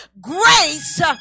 grace